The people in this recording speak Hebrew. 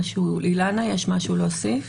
לאילנה בזום יש משהו להוסיף?